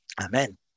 Amen